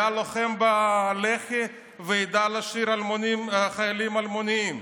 היה לוחם בלח"י וידע לשיר "חיילים אלמונים",